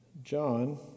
John